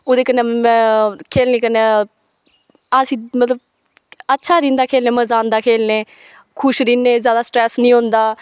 ओह्दे कन्नै खेलने कन्नै अस मतलव अच्छा रैंह्दा खेलने मज़ा आंदा खेलने गी खुश रैह्ने जादा स्टरैस्स नी होंदा